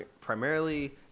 primarily